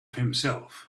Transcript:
himself